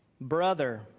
brother